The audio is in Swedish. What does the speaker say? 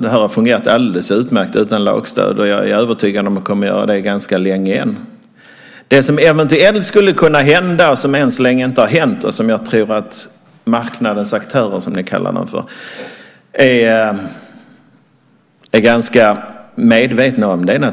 Det har fungerat alldeles utmärkt utan lagstöd. Jag är övertygad om att det kommer att göra det ganska länge än. Det som eventuellt skulle kunna hända, men som än så länge inte har hänt och som jag tror att marknadens aktörer, som ni kallar dem för, är ganska medvetna om, är